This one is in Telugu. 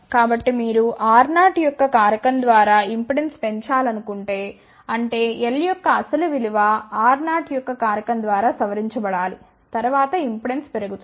కాబట్టి మీరు R0 యొక్క కారకం ద్వారా ఇంపెడెన్స్ పెంచాలనుకుంటే అంటే L యొక్క అసలు విలువ R0 యొక్క కారకం ద్వారా సవరించబడాలి తద్వారా ఇంపెడెన్స్ పెరుగుతుంది